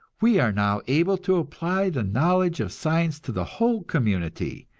we are now able to apply the knowledge of science to the whole community,